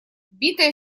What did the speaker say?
битое